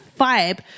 vibe